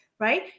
Right